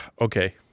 okay